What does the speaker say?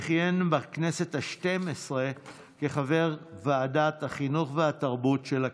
וכיהן בכנסת השתים-עשרה כחבר ועדת החינוך והתרבות של הכנסת.